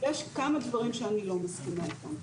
יש כמה דברים שאני לא מסכימה איתם,